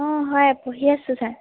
অঁ হয় পঢ়ি আছোঁ ছাৰ